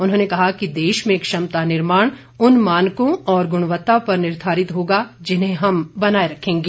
उन्होंने कहा कि देश में क्षमता निर्माण उन मानकों और गुणवत्ता पर निर्धारित होगा जिन्हें हम बनाए रखेंगे